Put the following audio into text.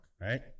right